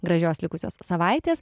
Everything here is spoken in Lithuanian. gražios likusios savaitės